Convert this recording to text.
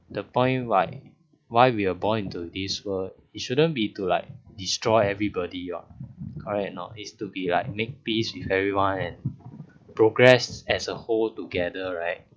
the point why why we are born into this world it shouldn't be too like destroy everybody what correct or not is to be like make peace with everyone progress as a whole together right